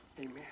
amen